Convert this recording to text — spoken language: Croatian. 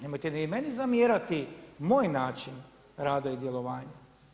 Nemojte vi ni meni zamjerati moj način rada i djelovanja.